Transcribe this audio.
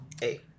hey